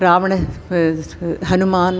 रावणः हनुमान्